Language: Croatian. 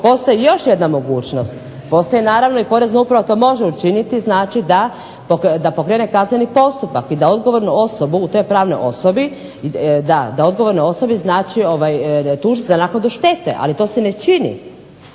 Postoji još jedna mogućnost postoji naravno i porezna uprava to može učiniti znači da pokrene kazneni postupak i da odgovornu osobu u toj pranoj osobi da je tuži za naknadu štete ali to se ne čini.